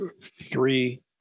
three